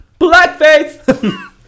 blackface